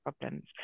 problems